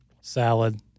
Salad